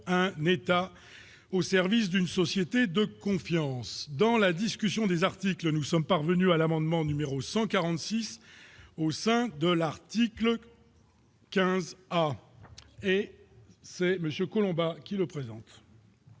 un État au service d'une société de confiance dans la discussion des articles, nous sommes parvenus à l'amendement numéro 146 au sein de l'article. 15 ans et c'est Monsieur Collombat qui le présente.